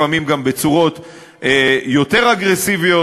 לפעמים בצורות יותר אגרסיביות.